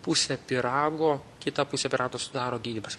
pusę pyrago kitą pusę pyrago sudaro gydymas